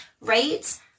right